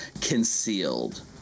concealed